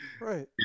Right